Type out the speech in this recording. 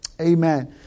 Amen